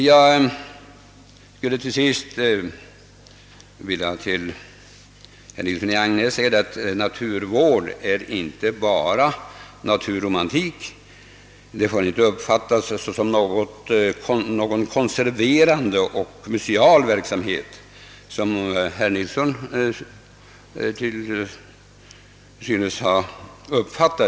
Till herr Nilsson i Agnäs vill jag säga: Naturvård är inte bara naturro mantik. Den får inte uppfattas — som herr Nilsson synes ha gjort — som någon konserverande — och museal — verksamhet.